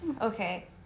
Okay